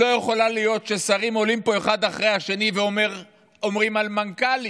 לא יכול להיות ששרים עולים פה אחד אחרי השני ואומרים על מנכ"לים,